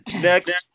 Next